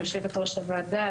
ליושבת-ראש הוועדה,